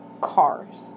cars